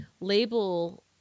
label